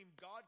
God